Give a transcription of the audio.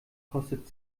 kostet